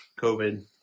COVID